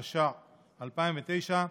התש"ע 2009,